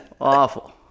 Awful